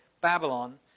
Babylon